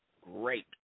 great